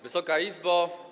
Wysoka Izbo!